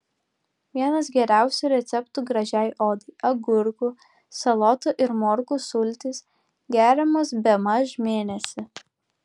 vienas geriausių receptų gražiai odai agurkų salotų ir morkų sultys geriamos bemaž mėnesį